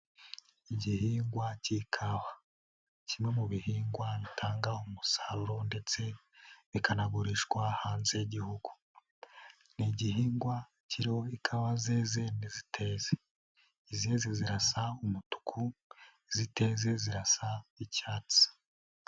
Igihingwa k'ikawa kimwe mu bihingwa bitanga umusaruro ndetse bikanagurishwa hanze y'Igihugu. Ni igihingwa kiriho ikawa zeze n'iziteze. Izeze zirasa umutuku, iziteze zirasa icyatsi.